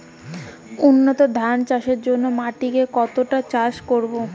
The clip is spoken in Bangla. উন্নত ধান চাষের জন্য মাটিকে কতটা চাষ করব?